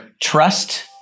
trust